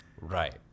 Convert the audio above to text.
Right